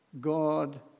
God